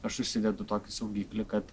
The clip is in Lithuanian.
aš užsidedu tokį saugiklį kad